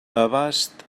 abast